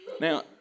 Now